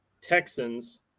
Texans